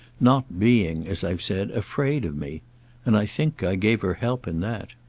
not being, as i've said, afraid of me and i think i gave her help in that.